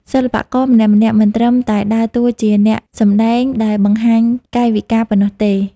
សិល្បករម្នាក់ៗមិនត្រឹមតែដើរតួជាអ្នកសម្ដែងដែលបង្ហាញកាយវិការប៉ុណ្ណោះទេ។